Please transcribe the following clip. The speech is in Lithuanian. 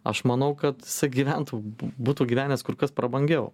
aš manau kad jisai gyventų būtų gyvenęs kur kas prabangiau